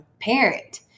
parent